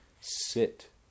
sit